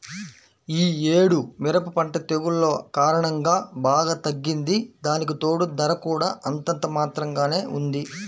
యీ యేడు మిరప పంట తెగుల్ల కారణంగా బాగా తగ్గింది, దానికితోడూ ధర కూడా అంతంత మాత్రంగానే ఉంది